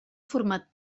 format